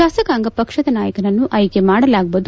ಶಾಸಕಾಂಗ ಪಕ್ಷದ ನಾಯಕನನ್ನು ಆಯ್ಕೆ ಮಾಡಲಾಗುವುದು